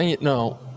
no